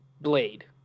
Blade